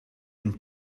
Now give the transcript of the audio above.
and